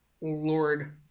lord